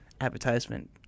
advertisement